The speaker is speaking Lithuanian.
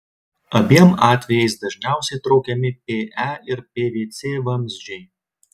abiem atvejais dažniausiai traukiami pe ir pvc vamzdžiai